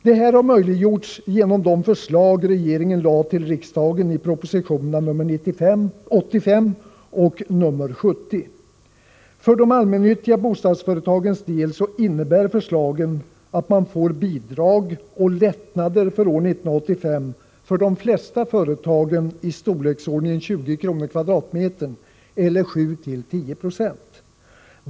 Detta har möjliggjorts genom de förslag regeringen lade fram för riksdagen i propositionerna 85 och 70. För de allmännyttiga bostadsföretagens del innebär förslagen att man får bidrag och lättnader för år 1985 för de flesta företagen i storleksordningen 20 kr./m? eller 7-10 Zo.